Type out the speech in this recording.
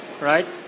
right